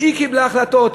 והיא קיבלה החלטות.